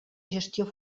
gestió